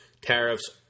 tariffs